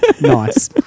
Nice